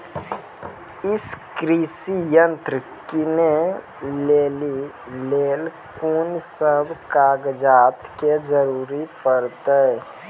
ई कृषि यंत्र किनै लेली लेल कून सब कागजात के जरूरी परतै?